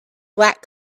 black